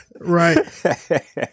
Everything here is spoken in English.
right